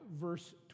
verse